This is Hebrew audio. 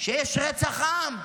שיש רצח עם.